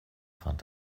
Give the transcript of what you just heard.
fand